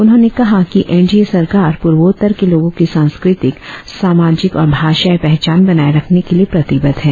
उन्होंने कहा कि एनडीए सरकार पूर्वोत्तर के लोगों की सांस्कृतिक सामाजिक और भाषायी पहचान बनाये रखने के लिए प्रतिबद्ध है